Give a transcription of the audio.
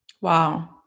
Wow